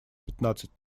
пятнадцать